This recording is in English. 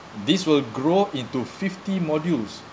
this will grow into fifty modules